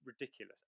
ridiculous